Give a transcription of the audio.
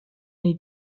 need